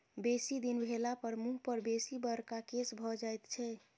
बेसी दिन भेलापर मुँह पर बेसी बड़का केश भ जाइत छै